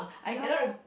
ya lor